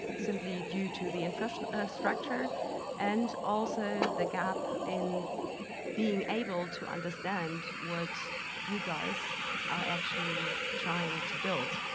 simply due to the infrastructure infrastructure and also the gap in being able to understand what you guys are actually trying to build.